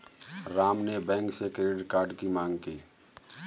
राम ने बैंक से credit card की माँग की